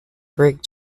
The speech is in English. brick